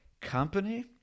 company